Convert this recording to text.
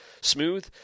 smooth